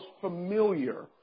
familiar